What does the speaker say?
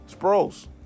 Sproles